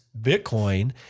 Bitcoin